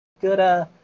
good